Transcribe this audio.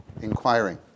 inquiring